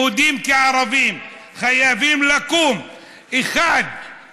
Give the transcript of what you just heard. יהודים כערבים חייבים לקום כאחד,